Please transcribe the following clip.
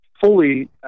fully